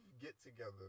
get-together